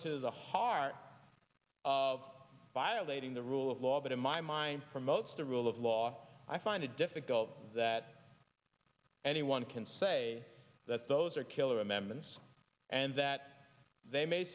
to the heart of violating the rule of law but in my mind promotes the rule of law i find it difficult that anyone can say that those are killer memes and that they ma